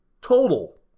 total